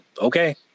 Okay